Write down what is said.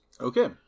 Okay